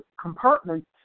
compartment